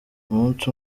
umunsi